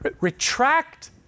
Retract